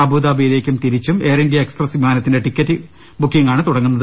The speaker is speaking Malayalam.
അബുദാബിയിലേക്കും തിരിച്ചും എയർ ഇന്ത്യാ എക്സ് പ്രസ് വിമാനത്തിന്റെ ടിക്കറ്റ് ബുക്കിങാണ് തുടങ്ങുന്നത്